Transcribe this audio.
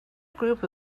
group